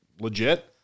legit